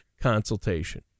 consultation